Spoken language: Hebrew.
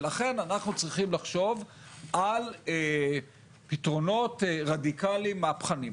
ולכן אנחנו צריכים לחשוב על פתרונות רדיקליים מהפכניים.